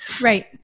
Right